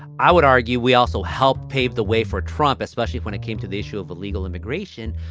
i would argue we also helped pave the way for trump, especially when it came to the issue of illegal immigration.